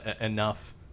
enough